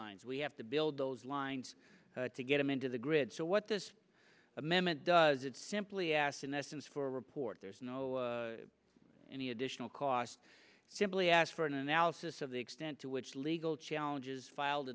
lines we have to build those lines to get them into the grid so what this amendment does it simply asked in essence for reporters no any additional cost simply asked for an analysis of the extent to which legal challenges filed